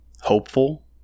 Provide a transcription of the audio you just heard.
Hopeful